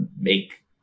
make